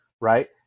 Right